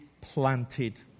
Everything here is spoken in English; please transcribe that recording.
planted